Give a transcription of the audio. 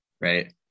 right